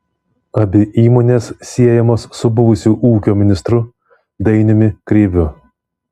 abi įmonės siejamos su buvusiu ūkio ministru dainiumi kreiviu